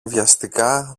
βιαστικά